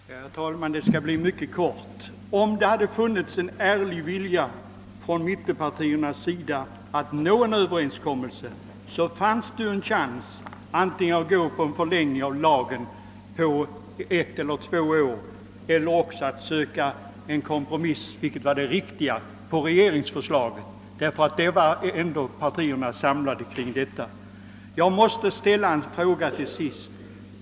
Herr talman! Mitt inlägg skall bli mycket kortfattat. Om mittenpartierna hade haft en ärlig vilja att nå en överenskommelse hade det funnits en chans att antingen gå med på en förlängning av lagen på ett eller två år eller att försöka göra en kompromiss beträffande regeringsförslaget, ty kring det borde ändå partierna vara samlade. Jag måste till sist ställa en fråga.